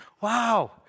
wow